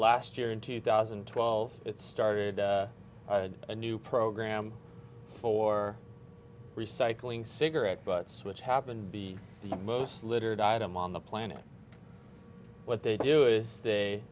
last year in two thousand and twelve it started a new program for recycling cigarette butts which happened to be the most literate item on the planet what they do is they